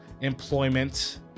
employment